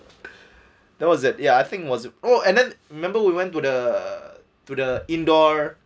there was it ya I think was oh and then remember we went to the to the indoor